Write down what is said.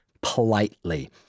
politely